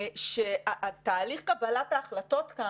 תהליך קבלת ההחלטות כאן,